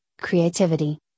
creativity